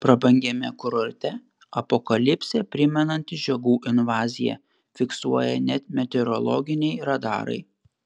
prabangiame kurorte apokalipsę primenanti žiogų invazija fiksuoja net meteorologiniai radarai